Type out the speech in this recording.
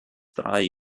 drei